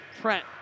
Trent